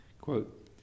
Quote